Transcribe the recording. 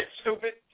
stupid